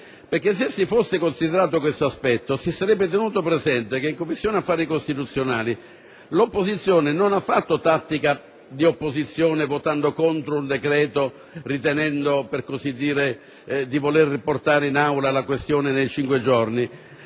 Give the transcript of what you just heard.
Se si fosse considerato questo aspetto, si sarebbe tenuto presente che in Commissione affari costituzionali l'opposizione non ha fatto tattica ostruzionistica votando contro un decreto per voler portare in Aula la questione dei cinque giorni.